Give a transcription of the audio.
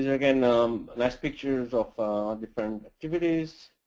yeah again that's pictures of different activities.